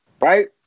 right